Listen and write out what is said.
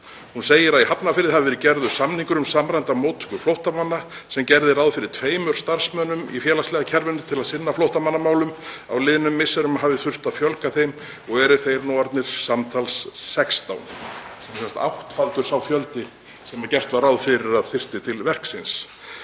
Hún segir að í Hafnarfirði hafi verið gerður samningur um samræmda móttöku flóttamanna sem gerði ráð fyrir tveimur starfsmönnum í félagslega kerfinu til að sinna flóttamannamálum. Á liðnum misserum hafi þurft að fjölga þeim og eru þeir nú orðnir 16 talsins.“ — Sem sagt áttfaldur sá fjöldi sem gert var ráð fyrir að þyrfti til verksins.